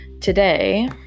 today